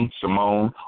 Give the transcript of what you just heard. Simone